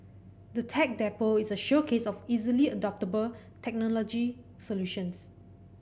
the Tech Depot is a showcase of easily adoptable technology solutions